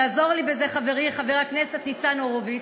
תעזור לי בזה, חברי חבר הכנסת ניצן הורוביץ.